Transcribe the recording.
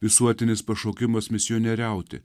visuotinis pašaukimas misionieriauti